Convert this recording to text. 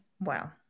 Wow